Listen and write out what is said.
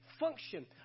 function